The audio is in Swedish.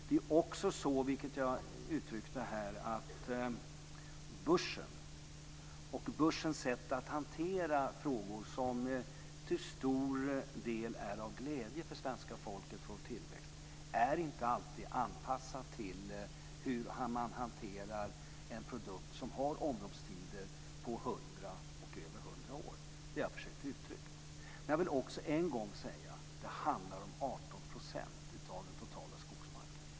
Det är också så, vilket jag uttryckte här, att börsens sätt att hantera frågor som till stor del är till glädje för svenska folket och för tillväxt inte alltid är anpassat till en produkt som har omloppstider på 100 och över 100 år. Det har jag försökt uttrycka. Jag vill än en gång säga: Det handlar om 18 % av den totala skogsmarken.